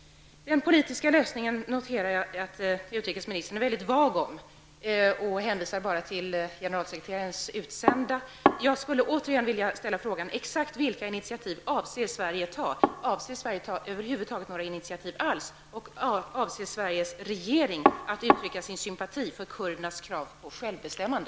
Jag noterar att utrikesministern är mycket vag när det gäller den politiska lösningen. Utrikesministern hänvisar bara till generalsekreterarens utsända. Jag vill återigen fråga: Exakt vilka initiativ avser Sverige att ta? Avser Sverige över huvud taget att ta några initiativ? Avser Sveriges regering att uttrycka sin sympati för kurdernas krav på självbestämmande?